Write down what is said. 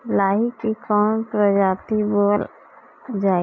लाही की कवन प्रजाति बोअल जाई?